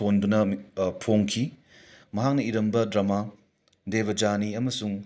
ꯊꯣꯟꯗꯨꯅ ꯐꯣꯡꯈꯤ ꯃꯍꯥꯛꯅ ꯏꯔꯝꯕ ꯗ꯭ꯔꯥꯃꯥ ꯗꯦꯕꯖꯥꯅꯤ ꯑꯃꯁꯨꯡ